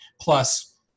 Plus